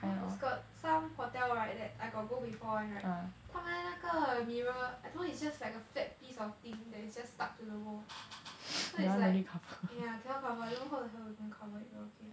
no cause got some hotel right that I got go before [one] right 他们那个 mirror I told you it's just like a flat piece of thing there that is just stuck to the wall so it's like yeah cannot cover I don't know how the hell you gonna cover it you know okay